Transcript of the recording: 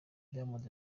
diamond